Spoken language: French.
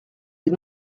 lès